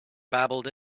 babbled